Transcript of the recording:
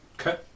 Okay